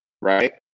right